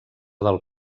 del